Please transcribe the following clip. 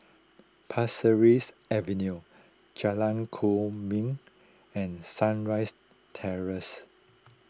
Pasir Ris Avenue Jalan Kwok Min and Sunrise Terrace